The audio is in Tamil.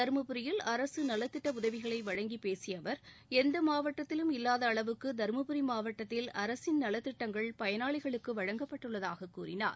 தருமபுரியில் அரசு நலத்திட்ட உதவிகளை வழங்கி பேசிய அவர் எந்த மாவட்டத்திலும் இல்லாத அளவுக்கு தருமபுரி மாவட்டத்தில் அரசின் நலத்திட்டங்கள் பயனாளிகளுக்கு வழங்கப்பட்டுள்ளதாகக் கூறினார்